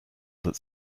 that